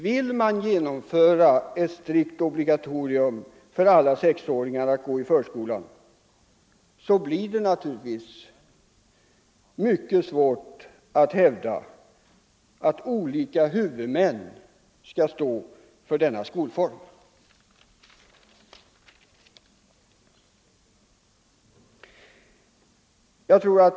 Om man vill genomföra ett strikt obligatorium för alla sexåringar att gå i förskolan, så blir det naturligtvis mycket svårt att hävda att olika huvudmän skall stå för denna skolform.